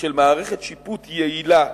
של מערכת שיפוט יעילה